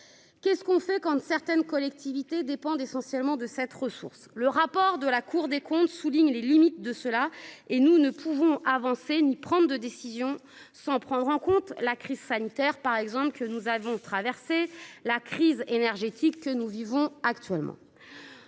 Qu'est-ce qu'on fait qu'on ne certaines collectivités dépendent essentiellement de cette ressource. Le rapport de la Cour des comptes souligne les limites de cela et nous ne pouvons avancer ni prendre de décision sans prendre en compte la crise sanitaire par exemple que nous avons traversé la crise énergétique que nous vivons actuellement.